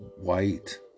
white